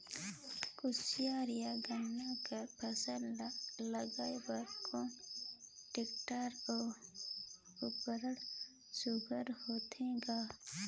कोशियार या गन्ना कर फसल ल लगाय बर कोन टेक्टर अउ उपकरण सुघ्घर होथे ग?